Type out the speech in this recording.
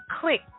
click